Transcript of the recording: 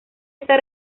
esta